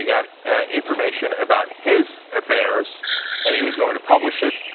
got information about his affairs and he was going to publish it.